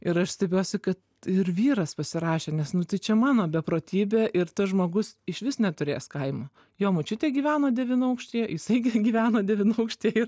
ir aš stebiuosi kad ir vyras pasirašė nes nu tai čia mano beprotybė ir tas žmogus išvis neturėjęs kaimo jo močiutė gyveno devynaukštyje jisai gyveno devynaukštyje